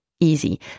easy